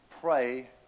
pray